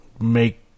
Make